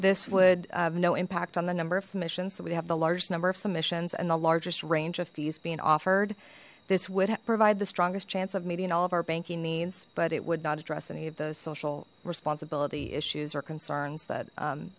this would have no impact on the number of submissions so we have the largest number of submissions and the largest range of fees being offered this would provide the strongest chance of meeting all of our banking needs but it would not address any of those social responsibility issues or concern